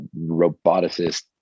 roboticist